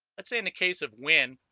let's say in the case of winn